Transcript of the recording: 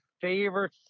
favorite